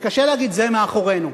וקשה להגיד: זה מאחורינו.